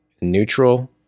neutral